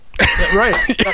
right